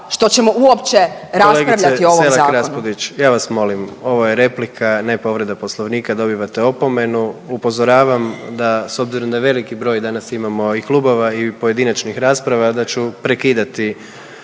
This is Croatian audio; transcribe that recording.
što ćemo uopće raspravljati o ovom zakonu.